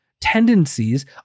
tendencies